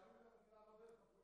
מנהלים את המדינה לא דרך הטוויטר.